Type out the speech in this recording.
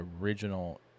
original